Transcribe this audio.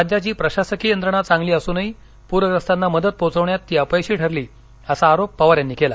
राज्याची प्रशासकीय यंत्रणा चांगली असूनही प्रखस्तांना मदत पोचवण्यात ती अपयशी ठरली असा आरोप पवार यांनी केला